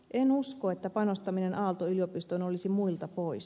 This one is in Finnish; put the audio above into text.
en usko että panostaminen aalto yliopistoon olisi muilta pois